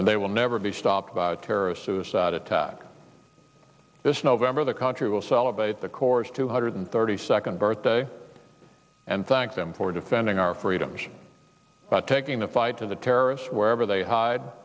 and they will never be stopped by terrorist suicide attack this november the country will celebrate the corps two hundred thirty second birthday and thank them for defending our freedoms but taking the fight to the terrorists wherever they hide